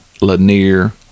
Lanier